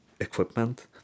equipment